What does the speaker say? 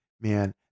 man